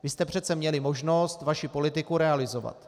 Vy jste přece měli možnost vaši politiku realizovat.